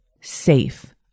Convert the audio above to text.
safe